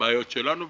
הבעיות שלנו.